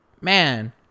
man